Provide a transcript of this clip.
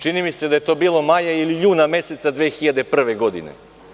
Čini mi se da je to bilo maja ili juna meseca 2001. godine.